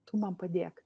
tu man padėk